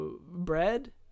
bread